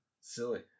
Silly